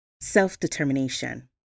self-determination